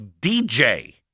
DJ